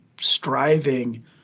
striving